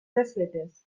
desfetes